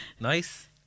Nice